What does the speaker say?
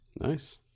Nice